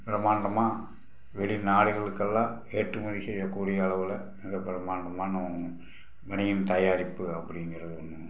பிரம்மாண்டமாக வெளிநாடுகளுக்கெல்லாம் ஏற்றுமதி செய்யக்கூடிய அளவில் மிக பிரம்மாண்டமான ஒன்று பனியன் தயாரிப்பு அப்படிங்கிறது ஒன்று